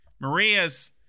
maria's